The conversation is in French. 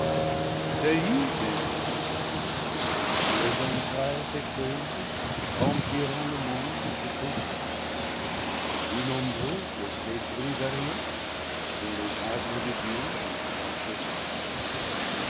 salut mère des hommes dont les entrailles fécondes rem pliront le monde de tes fils plus nombreux que ces fruits va riés dont les arbres de dieu ont chargé cette table